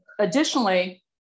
Additionally